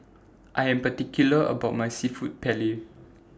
I Am particular about My Seafood Paella